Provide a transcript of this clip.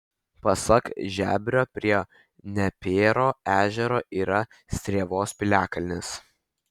pasak žebrio prie nepėro ežero yra strėvos piliakalnis